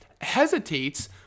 hesitates